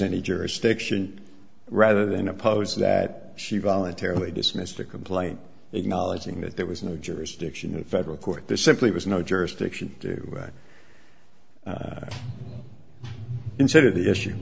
any jurisdiction rather than oppose that she voluntarily dismissed the complaint acknowledging that there was no jurisdiction in federal court there simply was no jurisdiction to do instead of the issue